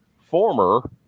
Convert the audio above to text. former